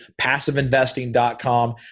PassiveInvesting.com